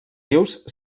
rius